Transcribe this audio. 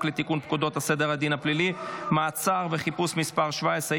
לתיקון פקודת סדר הדין הפלילי (מעצר וחיפוש) (מס' 17),